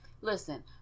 Listen